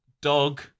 dog